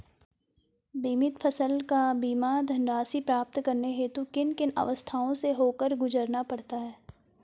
बीमित फसल का बीमा धनराशि प्राप्त करने हेतु किन किन अवस्थाओं से होकर गुजरना पड़ता है?